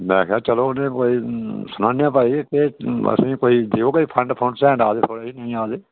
में आखेआ चलो कोई उनेंगी सनाने हा पाई केह्गी असें गी देओ कोई फड़ फुड़ आए दे कोई के नेई